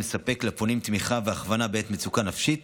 המספק לפונים תמיכה והכוונה בעת מצוקה נפשית